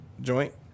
joint